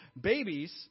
babies